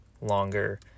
longer